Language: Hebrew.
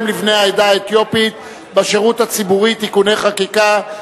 לבני העדה האתיופית בשירות הציבורי (תיקוני חקיקה),